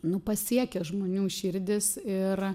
nu pasiekia žmonių širdis ir